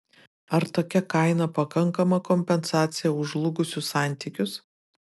ar tokia kaina pakankama kompensacija už žlugusius santykius